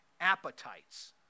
appetites